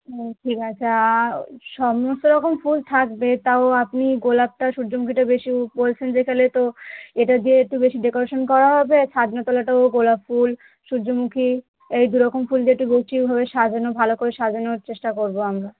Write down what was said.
ও ঠিক আছে আর সমস্ত রকম ফুল থাকবে তাও আপনি গোলাপটা সুর্যমুখীটা বেশি বলছেন যে তাহলে তো এটা দিয়ে একটু বেশি ডেকরেশান করা হবে আর ছাদনাতলাটাও গোলাপ ফুল সূর্যমুখী এই দুরকম ফুল দিয়ে একটু গুছিয়ে সাজানো ভালো করে সাজানোর চেষ্টা করবো আমরা